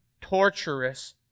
torturous